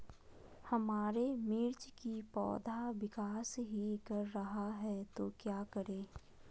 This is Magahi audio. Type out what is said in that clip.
हमारे मिर्च कि पौधा विकास ही कर रहा है तो क्या करे?